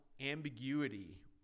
ambiguity